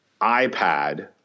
iPad